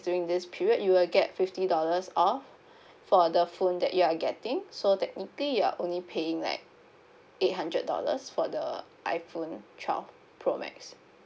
during this period you will get fifty dollars off for the phone that you are getting so technically you are only paying like eight hundred dollars for the iphone twelve pro max